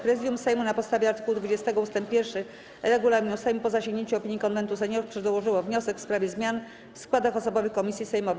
Prezydium Sejmu na podstawie art. 20 ust. 1 regulaminu Sejmu, po zasięgnięciu opinii Konwentu Seniorów, przedłożyło wniosek w sprawie zmian w składach osobowych komisji sejmowych.